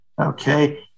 Okay